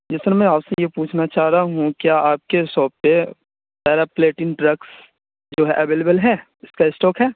جی sir میں آپ سے یہ پوچھنا چاہ رہا ہوں کیا آپ کے شاپ پہ پیراپلیٹنگ ڈرگس جو ہے اویلیبل ہے اس کا اسٹاک ہے